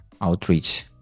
outreach